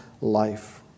life